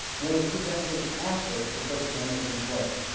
nearly two decades after the first amendment was in place.